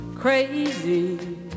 Crazy